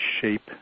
shape